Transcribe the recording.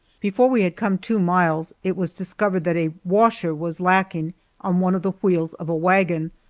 before we had come two miles it was discovered that a washer was lacking on one of the wheels of a wagon,